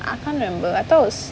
I can't remember those